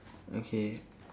okay